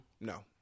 No